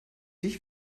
dich